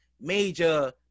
major